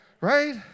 right